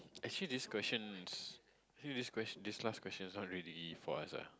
actually this question's actually this question this last question is not really for us ah